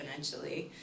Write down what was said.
exponentially